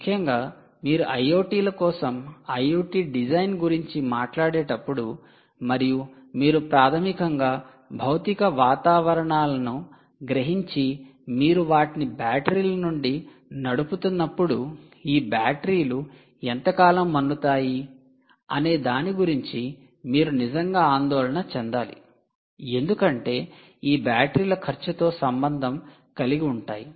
ముఖ్యంగా మీరు IoT ల కోసం IoT డిజైన్ గురించి మాట్లాడేటప్పుడు మరియు మీరు ప్రాథమికంగా భౌతిక వాతావరణాలను గ్రహించి మీరు వాటిని బ్యాటరీ ల నుండి నడుపుతున్నప్పుడు ఈ బ్యాటరీలు ఎంతకాలం మన్నుతాయి అనే దాని గురించి మీరు నిజంగా ఆందోళన చెందాలి ఎందుకంటే ఈ బ్యాటరీలు ఖర్చుతో సంబంధం కలిగి ఉంటాయి